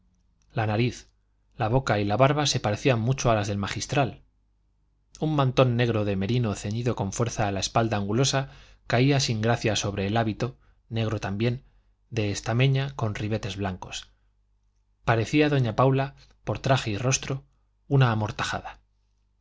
la nariz la boca y la barba se parecían mucho a las del magistral un mantón negro de merino ceñido con fuerza a la espalda angulosa caía sin gracia sobre el hábito negro también de estameña con ribetes blancos parecía doña paula por traje y rostro una amortajada